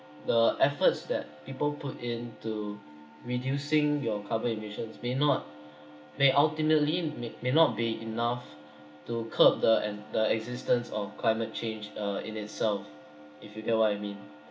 the efforts that people put into reducing your carbon emissions may not may ultimately may may not be enough to curb the and the existence of climate change uh in itself if you get what I mean